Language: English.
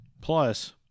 Plus